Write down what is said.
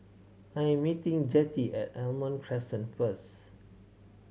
I am meeting Jettie at Almond Crescent first